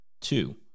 Two